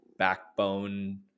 backbone